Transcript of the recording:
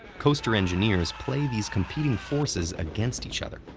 coaster engineers play these competing forces against each other,